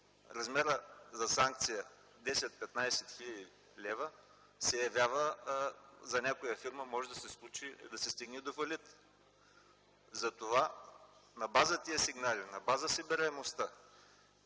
размера за санкция 10-15 хил. лв., се явява ... за някоя фирма може да се случи да стигне до фалит. Затова на база тия сигнали, на база събираемостта